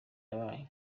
yabaye